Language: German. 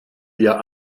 wir